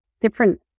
different